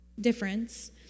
difference